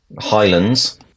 Highlands